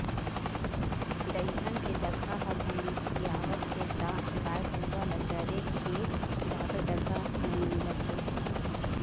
दइहान के जघा ह कमतियावत हे त गाय गरूवा ल चरे के जादा जघा नइ मिलत हे